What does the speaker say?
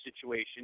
situation